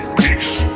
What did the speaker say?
peace